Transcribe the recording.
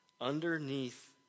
underneath